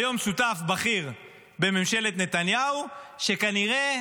היום שותף בכיר בממשלת נתניהו, שכנראה